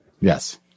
Yes